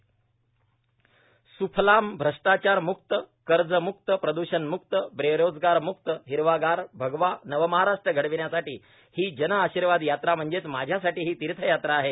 आदित्य ठाकरे बुलडाणा स्फलामए भ्रष्टाचारम्क्तए कर्जम्क्तए प्रद्षणम्क्तए बेरोजगारम्क्तए हिरवागारए भगवा नवमहाराष्ट्र घडविण्यासाठी ही जनआशिर्वाद यात्रा म्हणजेच माझ्यासाठी ही तीर्थयात्रा आहे